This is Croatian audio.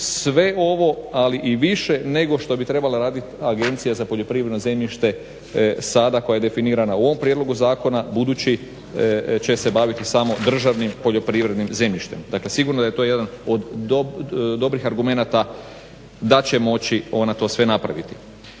sve ovo ali i više nego što bi trebala raditi Agencija za poljoprivredno zemljište sada koja je definirana u ovom prijedlogu zakona budući da će baviti samo državnim poljoprivrednim zemljištem. Dakle sigurno je da je to jedan od dobrih argumenata da će moći ona to sve napraviti.